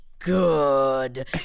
good